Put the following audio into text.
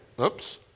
Oops